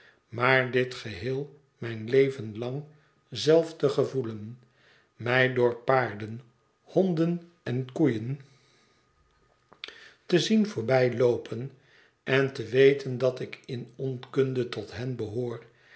maar dit geheel mijn leven lang zelf te gevoelen mij door paarden honden en koeien te zien voorbij loopen en te weten dat ik in onkunde tot hen behoor